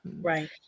right